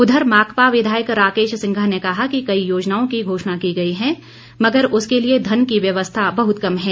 उधर माकपा विधायक राकेश सिंघा ने कहा कि कई योजनाओं की घोषणा की गई है मगर उसके लिए धन की व्यवस्था बहुत कम है